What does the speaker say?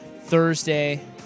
Thursday